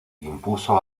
impuso